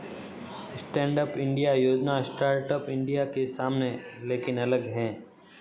stand up India योजना startup India के समान लेकिन अलग है